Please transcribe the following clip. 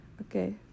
okay